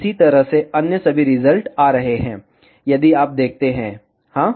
इसी तरह से अन्य सभी रिजल्ट आ रहे हैं यदि आप देखते हैं हाँ